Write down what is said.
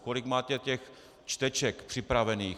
Kolik máte těch čteček připravených?